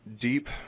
deep